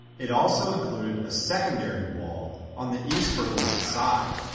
it also included a secondary wall on the east berlin side.